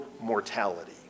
mortality